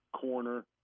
corner